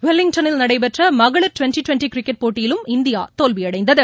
வெலிங்டனில் நடைபெற்ற மகளிர் டுவெண்டி டுவெண்டி கிரிக்கெட் போட்டியிலும் இந்தியா தோல்வியடைந்தது